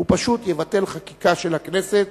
הוא פשוט יבטל חקיקה של הכנסת,